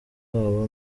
babo